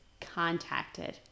contacted